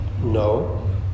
No